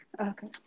Okay